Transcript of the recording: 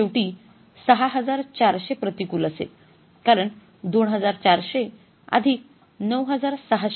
हे शेवटी ६४०० प्रतिकूल असेल कारण २४०० अधिक ९६००